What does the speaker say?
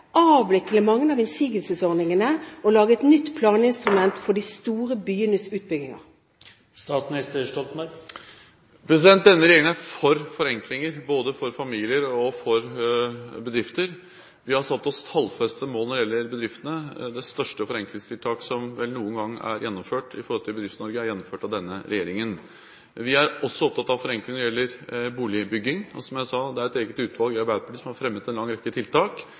mange av innsigelsesordningene og lage et nytt planinstrument for de store byenes utbygginger? Denne regjeringen er for forenklinger, både for familier og for bedrifter. Vi har satt oss tallfestede mål når det gjelder bedriftene. Det største forenklingstiltaket som vel noen gang er gjennomført overfor Bedrifts-Norge, er gjennomført av denne regjeringen. Vi er også opptatt av forenkling når det gjelder boligbygging, og som jeg sa: Det er et eget utvalg i Arbeiderpartiet som har fremmet en lang rekke tiltak,